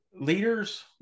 leaders